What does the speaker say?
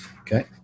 okay